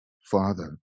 Father